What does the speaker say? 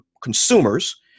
consumers